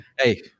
Hey